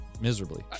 miserably